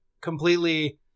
completely